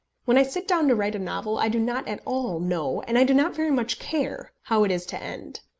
when i sit down to write a novel i do not at all know, and i do not very much care, how it is to end.